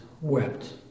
wept